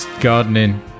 gardening